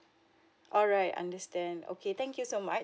alright understand okay thank you so much